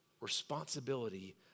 responsibility